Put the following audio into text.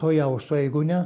tuojaus o jeigu ne